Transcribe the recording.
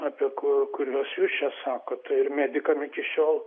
apie kuriuos jūs čia sakot tai ir medikam iki šiol